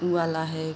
वह वाला है